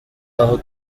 aho